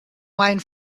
wine